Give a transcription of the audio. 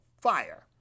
fire